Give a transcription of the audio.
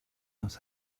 else